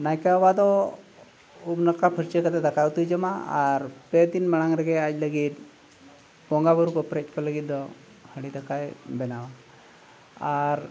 ᱱᱟᱭᱠᱮ ᱵᱟᱵᱟ ᱫᱚ ᱩᱢ ᱱᱟᱲᱠᱟ ᱯᱷᱟᱨᱪᱟ ᱠᱟᱛᱮ ᱫᱟᱠᱟ ᱩᱛᱩᱭ ᱡᱚᱢᱟ ᱟᱨ ᱯᱮᱫᱤᱱ ᱢᱟᱲᱟᱝ ᱨᱮᱜᱮ ᱟᱡ ᱞᱟᱹᱜᱤᱫ ᱵᱚᱸᱜᱟ ᱵᱩᱨᱩ ᱠᱚ ᱯᱮᱨᱮᱡ ᱠᱚ ᱞᱟᱹᱜᱤᱫ ᱫᱚ ᱦᱟᱺᱰᱤ ᱫᱟᱠᱟᱭ ᱵᱮᱱᱟᱣᱟ ᱟᱨ